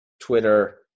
Twitter